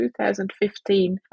2015